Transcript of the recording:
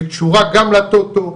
שקשורה גם לטוטו,